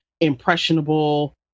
impressionable